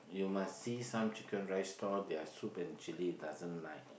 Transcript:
you must see some chicken rice stall their soup and chilli doesn't nice